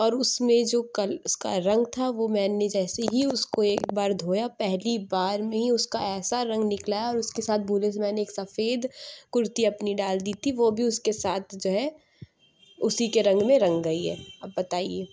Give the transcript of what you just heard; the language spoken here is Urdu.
اور اس میں جو کل اس کا رنگ تھا وہ میں نے جیسے ہی اس کو ایک بار دھویا پہلی بار میں ہی اس کا ایسا رنگ نکلا اور اس کے ساتھ بھولے سے میں نے سفید کرتی اپنی ڈال دی تھی وہ بھی اس کے ساتھ جو ہے اسی کے رنگ میں رنگ گئی ہے اب بتائیے